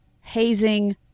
hazing